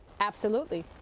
absolutely.